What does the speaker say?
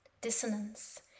dissonance